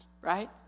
right